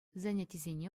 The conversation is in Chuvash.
занятисене